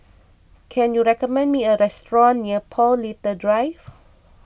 can you recommend me a restaurant near Paul Little Drive